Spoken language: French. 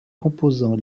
composants